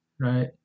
right